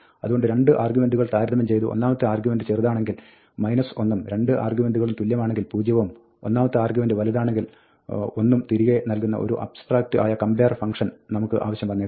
അതുകൊണ്ട് രണ്ട് ആർഗ്യുമെന്റുകൾ താരതമ്യം ചെയ്ത് ഒന്നാമത്തെ ആർഗ്യുമെന്റ് ചെറുതാണെങ്കിൽ 1 ഉം രണ്ട് ആർഗ്യുമെന്റുകളും തുല്യമാണെങ്കിൽ പൂജ്യവും ഒന്നാമത്തെ ആർഗ്യുമെന്റ് വലുതാണെങ്കിൽ 1 ഉം തിരികെ നൽകുന്ന ഒരു അബ്സ്ട്രാക്ട് ആയ compare ഫംങ്ക്ഷൻ നമുക്ക് ആവശ്യം വന്നേക്കാം